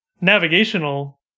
navigational